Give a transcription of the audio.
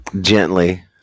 gently